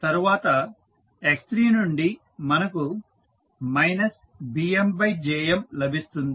తరువాత x3 నుండి మనకు BmJmలభిస్తుంది